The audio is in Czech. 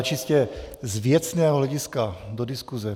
Čistě z věcného hlediska do diskuse.